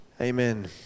Amen